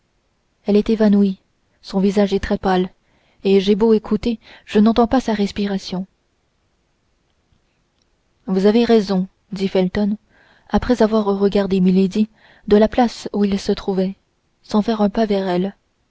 elle est évanouie son visage est très pâle et j'ai beau écouter je n'entends pas sa respiration vous avez raison dit felton après avoir regardé milady de la place où il se trouvait sans faire un pas vers elle